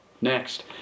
Next